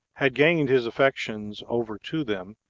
had gained his affections over to them,